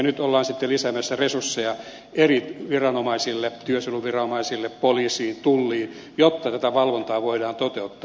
nyt ollaan sitten lisäämässä resursseja eri viranomaisille työsuojeluviranomaisille poliisiin tulliin jotta tätä valvontaa voidaan toteuttaa